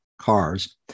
cars